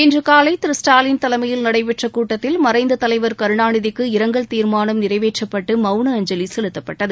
இன்று காலை திரு ஸ்டாலின் தலைமையில் நடைபெற்ற கூட்டத்தில் மறைந்த தலைவா் கருணாநிதிக்கு இரங்கல் தீர்மானம் நிறைவேற்றப்பட்டு மவுன அஞ்சலி செலுத்தப்பட்டது